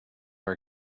are